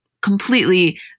completely